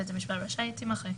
בית המשפט רשאי" תימחק.